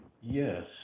Yes